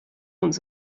uns